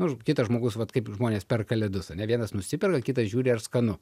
nu kitas žmogus vat kaip žmonės perka ledus ar ne vienas nusiperka kitas žiūri ar skanu